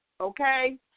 okay